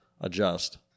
adjust